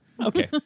Okay